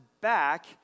back